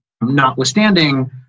notwithstanding